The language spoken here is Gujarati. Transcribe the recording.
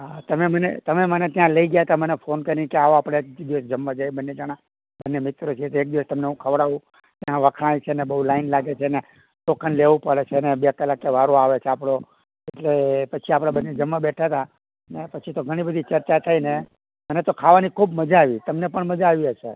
હાં તમે મને તમે મને ત્યાં લઈ ગયા તા તમે મને ફોન કરીને કે આવો આપ જ જમવા જઈએ બંને જણા અને મિત્ર છે તો એક દિવસ તમને હું ખવડાવું અહિયાં વખણાય છે ને બહુ લાઇન લાગે છે ને ટોકન લેવું પડે છે ને બે કલાકે વારો આવે છે આપણો એટલે પછી આપણે બંને જમવા બેઠા હતા ને પછી તો ઘણી બધી ચર્ચા થઈને મને તો ખાવાની ખૂબ મજા આવી તમને પણ મજા આવી હશે